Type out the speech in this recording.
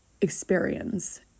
experience